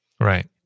Right